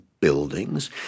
buildings